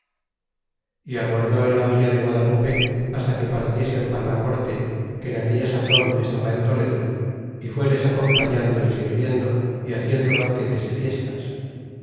y aguardó en la villa de guadalupe basta que partiesen para la corte que en aquella sazon estaba en toledo y fuetes acompañando y sirviendo é haciendo banquetes y fiestas